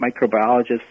microbiologists